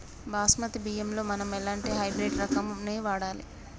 బాస్మతి బియ్యంలో మనం ఎలాంటి హైబ్రిడ్ రకం ని వాడాలి?